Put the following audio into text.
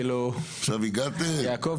יעקב,